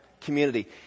community